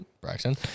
Braxton